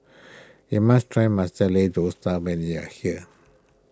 you must try Masala Dosa when you are here